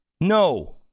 No